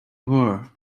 were